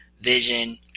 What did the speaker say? vision